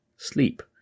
Sleep